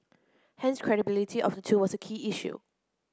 hence credibility of the two was a key issue